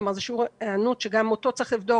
כלומר זה שיעור היענות שגם אותו צריך לבדוק: